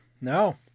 No